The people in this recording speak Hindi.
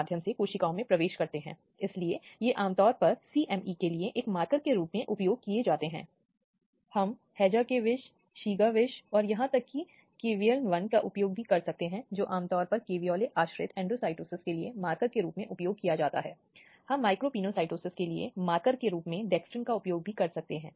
मुकदमे को शुरू करने और क्या होता है इस तरह के मामलों में भी एक पीड़ित जो शिकायत दर्ज करता है उसे कई बार अदालत में आने सबूत देने के लिए जाँच में सहयोग करना पड़ता है और यह मूल रूप से एक व्यक्ति के जीवन को अस्थिर करता है और जब यह किसी बच्चे से संबंधित होता है तो यह उस व्यक्ति के लिए और भी घातक अनुभव बन जाता है